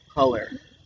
color